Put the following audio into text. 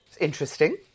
Interesting